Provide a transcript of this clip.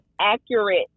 accurate